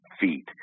feet